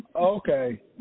Okay